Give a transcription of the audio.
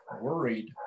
worried